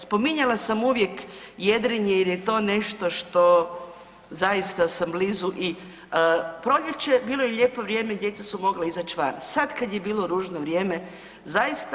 Spominjala sam uvijek jedrenje jer je to nešto što zaista sam blizu i proljeće, bilo je i lijepo vrijeme i djeca su mogla izać van, sad kad je bilo ružno vrijeme zaista.